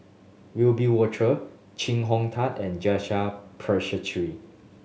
Wiebe Wolters Chee Hong Tat and Janil Puthucheary